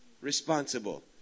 responsible